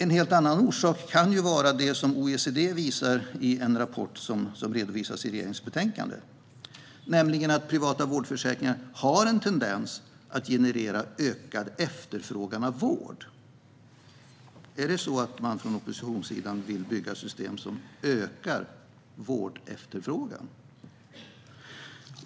En helt annan orsak kan vara det som OECD visar i en rapport som redovisas i regeringens betänkande, nämligen att privata vårdförsäkringar har en tendens att öka efterfrågan på vård. Är det på sättet att oppositionssidan vill bygga system som ökar vårdefterfrågan?